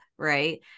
Right